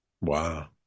Wow